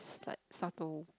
it's like subtle